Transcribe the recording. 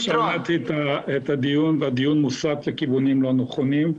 שלום אני שמעתי את הדיון והדיון מוסט לכיוונים לא נכונים.